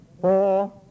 four